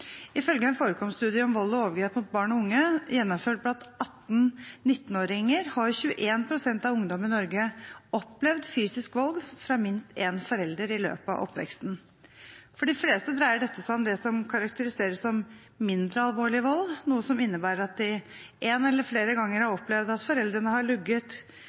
og unge gjennomført blant 18–19-åringer har 21 pst. av ungdom i Norge opplevd fysisk vold fra minst en forelder i løpet av oppveksten. For de fleste dreier dette seg om det som karakteriseres som mindre alvorlig vold, noe som innebærer at de én eller flere ganger har opplevd at foreldrene har lugget,